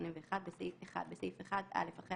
התשמ"א-1981 - (1)בסעיף 1 - (א)אחרי